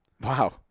Wow